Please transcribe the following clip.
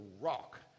rock